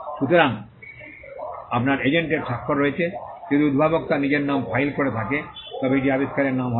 সুতরাং আপনার এজেন্টের স্বাক্ষর রয়েছে যদি উদ্ভাবক তার নিজের নামে ফাইল করে থাকে তবে এটি আবিষ্কারকের নাম হবে